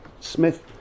Smith